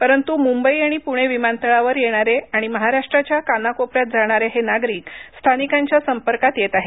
परंतु मुंबई आणि पुणे विमानतळावर येणारे आणि महाराष्ट्राच्या काना कोपऱ्यात जाणारे हे नागरिक स्थानिकांच्या संपर्कात येत आहेत